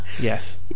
yes